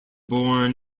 born